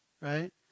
right